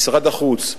משרד החוץ,